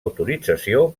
autorització